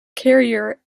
carrier